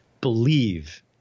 believe